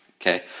Okay